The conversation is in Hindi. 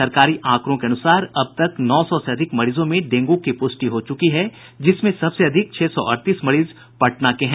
सरकारी आंकड़ों के अनुसार अब तक नौ सौ से अधिक मरीजों में डेंगू की प्रष्टि हो चुकी है जिसमें सबसे अधिक छह सौ अड़तीस मरीज पटना के हैं